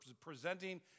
presenting